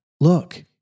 look